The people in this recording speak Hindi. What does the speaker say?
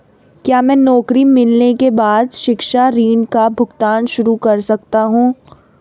क्या मैं नौकरी मिलने के बाद शिक्षा ऋण का भुगतान शुरू कर सकता हूँ?